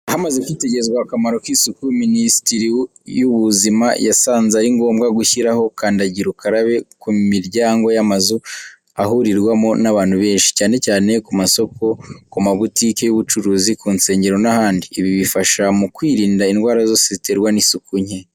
Hamaze kwitegerezwa akamaro k’isuku, Minisiteri y’Ubuzima yasanze ari ngombwa gushyiraho kandagira ukarabe ku miryango y’amazu ahurirwamo n’abantu benshi, cyane cyane ku masoko, ku mabotike y’ubucuruzi, ku nsengero n’ahandi. Ibi bifasha mu kwirinda indwara zose ziterwa n’isuku nke.